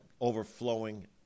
overflowing